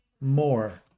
more